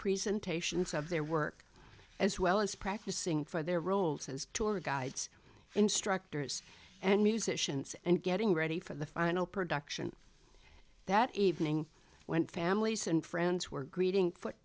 presentations of their work as well as practicing for their roles as tour guides instructors and musicians and getting ready for the final production that evening when families and friends were greeting foot